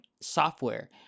software